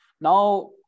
now